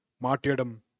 martyrdom